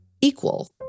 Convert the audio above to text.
equal